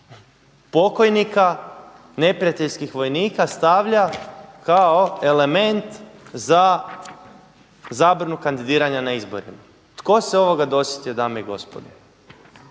pokojnika, neprijateljskih vojnika stavlja kao element za zabranu kandidiranja na izborima. Tko se ovoga dosjetio dame i gospodo?